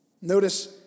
Notice